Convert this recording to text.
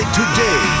today